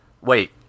Wait